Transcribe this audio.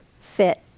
fit